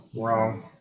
Wrong